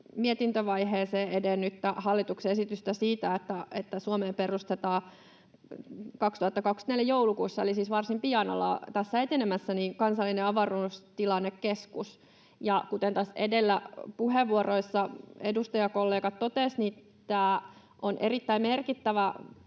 mietintövaiheeseen edennyttä hallituksen esitystä siitä, että Suomeen perustetaan 2024 joulukuussa — eli varsin pian ollaan tässä etenemässä — kansallinen avaruustilannekeskus. Kuten edellä puheenvuoroissa edustajakollegat totesivat, on erittäin merkittävää